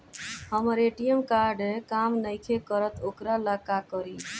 हमर ATM card काम नईखे करत वोकरा ला का करी?